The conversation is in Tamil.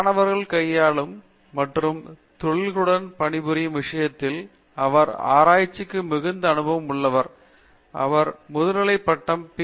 மாணவர்களை கையாளுதல் மற்றும் தொழில்களுடன் பணிபுரியும் விஷயத்தில் அவர் ஆராய்ச்சிக்கு மிகுந்த அனுபவம் உள்ளவர் அவர்கள் முதுகலைப் பட்டம் பி